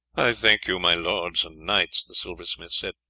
i thank you, my lords and knights, the silversmith said,